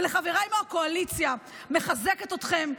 ולחבריי מהקואליציה: מחזקת אתכם.